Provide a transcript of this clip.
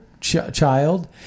child